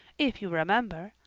if you remember,